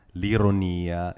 l'ironia